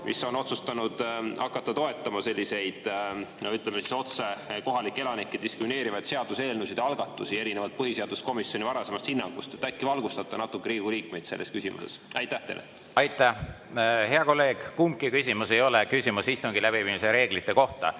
mis on otsustanud hakata toetama selliseid, ütleme otse, kohalikke elanikke diskrimineerivaid seaduseelnõusid ja algatusi erinevalt põhiseaduskomisjoni varasemast hinnangust? Äkki valgustate natuke Riigikogu liikmeid selles küsimuses. Aitäh, hea kolleeg! Kumbki küsimus ei ole istungi läbiviimise reeglite kohta.